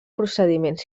procediments